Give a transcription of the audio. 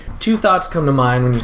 two thoughts come to mind when